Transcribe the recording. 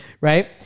right